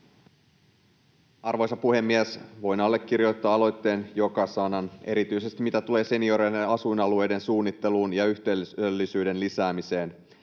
Arvoisa puhemies! Voin allekirjoittaa aloitteen joka sanan, erityisesti, mitä tulee senioreiden asuinalueiden suunnitteluun ja yhteisöllisyyden lisäämiseen.